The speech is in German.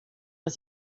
was